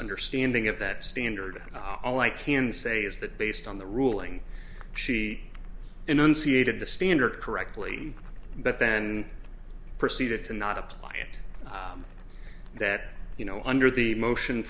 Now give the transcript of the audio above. understanding of that standard all i can say is that based on the ruling she in unseated the standard correctly but then proceeded to not apply it that you know under the motion